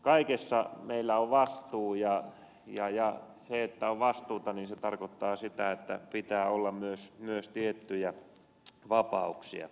kaikessa meillä on vastuu ja se että on vastuuta tarkoittaa sitä että pitää olla myös tiettyjä vapauksia